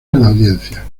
audiencia